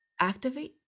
activate